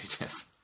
yes